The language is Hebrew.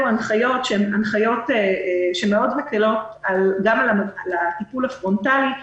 הנחיות שמקלות מאוד גם על הטיפול הפרונטלי,